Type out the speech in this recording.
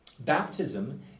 Baptism